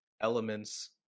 elements